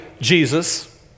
Jesus